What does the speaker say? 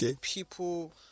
people